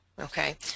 Okay